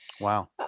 Wow